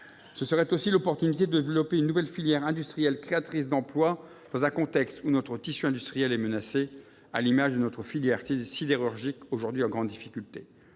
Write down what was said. saisirions ainsi l'occasion de développer une nouvelle filière industrielle créatrice d'emplois dans un contexte où notre tissu industriel est menacé, à l'image de notre filière sidérurgique, aujourd'hui en grande difficulté.